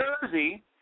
Jersey